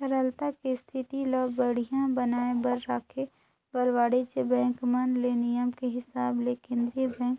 तरलता के इस्थिति ल बड़िहा बनाये बर राखे बर वाणिज्य बेंक मन ले नियम के हिसाब ले केन्द्रीय बेंक